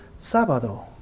Sabado